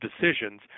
decisions